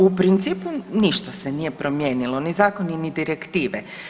U principu ništa se nije promijenilo ni zakon, ni direktive.